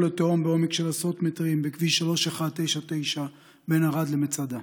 לתהום בעומק של עשרות מטרים בכביש 3199 בין ערד למצדה.